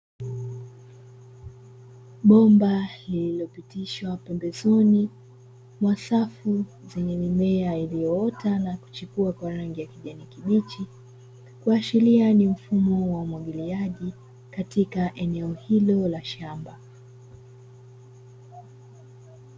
Bomba lililopitishwa pembezoni mwa safu zenye mimea iliyoota na kuchipua kwa rangi ya kijani kibichi, kuashiria ni mfumo wa umwagiliaji katika eneo hilo la shamba.